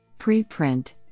Preprint